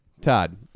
Todd